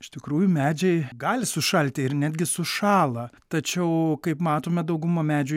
iš tikrųjų medžiai gali sušalti ir netgi sušąla tačiau kaip matome dauguma medžių